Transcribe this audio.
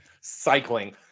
cycling